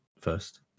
first